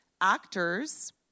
Actors